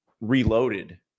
reloaded